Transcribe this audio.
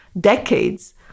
decades